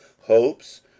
hopes